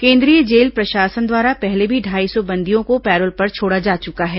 केन्द्रीय जेल प्रशासन द्वारा पहले भी ढाई सौ बंदियों को पैरोल पर छोड़ा जा चुका है